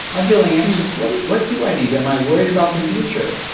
i'm feeling anxious what what do i need? am i worried about the future?